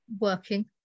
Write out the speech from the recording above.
working